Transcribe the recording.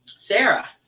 Sarah